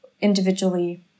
individually